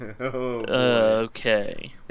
Okay